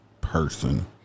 person